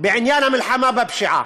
בעניין המלחמה בפשיעה,